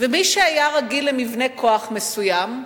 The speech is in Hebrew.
ומי שהיה רגיל למבנה כוח מסוים,